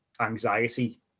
anxiety